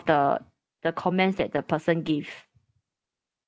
the the comments that the person give